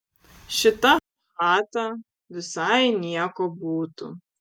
šita chata visai nieko būtų